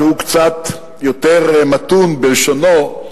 שהוא קצת יותר מתון בלשונו,